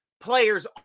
players